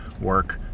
work